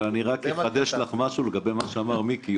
אבל אני רק אחדש לך משהו לגבי מה שאמר מיקי.